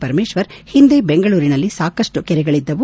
ಪರಮೇಶ್ವರ್ ಹಿಂದೆ ಬೆಂಗಳೂರಿನಲ್ಲಿ ಸಾಕಷ್ಟು ಕೆರೆಗಳದ್ದು